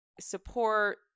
support